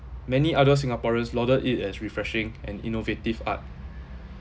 many other singaporeans lauded it as refreshing and innovative art